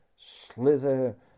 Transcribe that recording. Slither